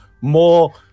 more